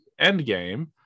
Endgame